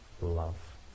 love